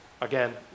again